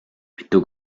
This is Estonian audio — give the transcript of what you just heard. mitu